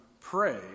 pray